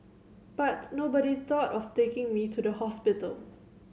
but nobody thought of taking me to the hospital